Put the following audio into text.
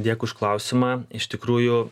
dėkui už klausimą iš tikrųjų